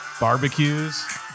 Barbecues